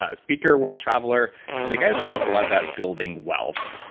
ah speaker, world traveler and the guy who talks a lot about building wealth.